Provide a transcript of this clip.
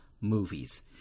movies